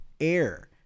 air